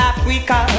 Africa